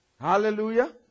Hallelujah